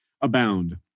abound